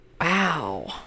Wow